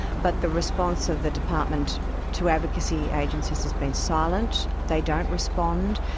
but the response of the department to advocacy agencies has been silent, they don't respond,